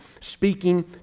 speaking